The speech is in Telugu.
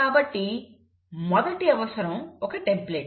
కాబట్టి మొదటి అవసరం ఒక టెంప్లేట్